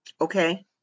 Okay